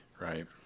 Right